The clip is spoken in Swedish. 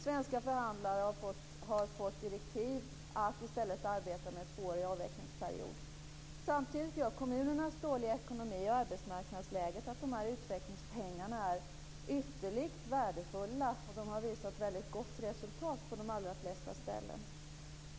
Svenska förhandlare har fått direktiv att i stället arbeta med en tvåårig avvecklingsperiod. Samtidigt gör kommunernas dåliga ekonomi och arbetsmarknadsläget att dessa utvecklingspengar är ytterligt värdefulla. De har också visat ett väldigt gott resultat på de allra flesta ställen.